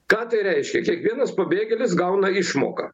ką tai reiškia kiekvienas pabėgėlis gauna išmoką